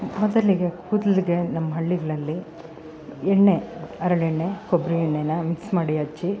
ಮೊದಲಿಗೆ ಕೂದಲಿಗೆ ನಮ್ಮ ಹಳ್ಳಿಗಳಲ್ಲಿ ಎಣ್ಣೆ ಹರಳೆಣ್ಣೆ ಕೊಬ್ಬರಿ ಎಣ್ಣೆನಾ ಮಿಕ್ಸ್ ಮಾಡಿ ಹಚ್ಚಿ